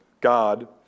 God